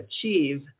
achieve